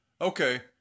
Okay